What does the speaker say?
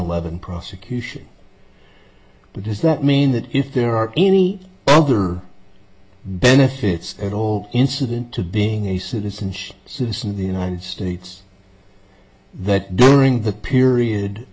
eleven prosecution but does that mean that if there are any other benefits at all incident to being a citizenship citizen in the united states that during that period